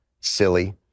silly